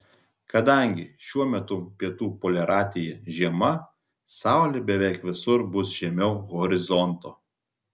kadangi šiuo metu pietų poliaratyje žiema saulė beveik visur bus žemiau horizonto